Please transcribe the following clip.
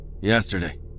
Yesterday